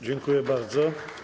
Dziękuję bardzo.